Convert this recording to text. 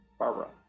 Barbara